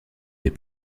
des